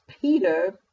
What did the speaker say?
Peter